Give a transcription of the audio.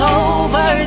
over